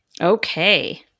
Okay